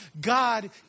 God